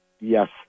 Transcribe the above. Yes